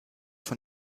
von